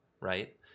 right